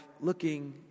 looking